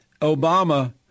Obama